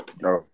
No